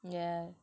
yeah